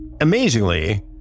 amazingly